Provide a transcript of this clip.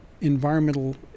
environmental